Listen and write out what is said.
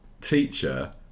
teacher